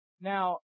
Now